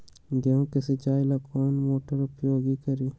गेंहू के सिंचाई ला कौन मोटर उपयोग करी?